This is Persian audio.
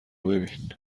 ببین